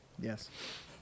Yes